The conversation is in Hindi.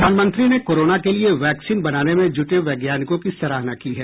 प्रधानमंत्री ने कोरोना के लिए वैक्सीन बनाने में जुटे वैज्ञानिकों की सराहना की है